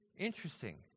Interesting